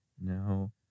No